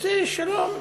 רוצה שלום,